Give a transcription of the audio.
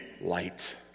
light